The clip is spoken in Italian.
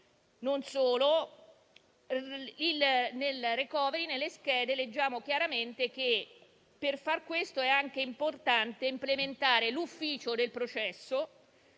del *recovery* leggiamo chiaramente che, per fare questo, è anche importante implementare l'ufficio del processo